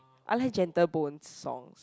I like Gentle-Bones' songs